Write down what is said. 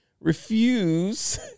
refuse